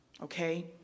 okay